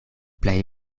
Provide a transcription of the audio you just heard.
plej